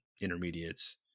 intermediates